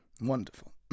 Wonderful